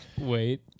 Wait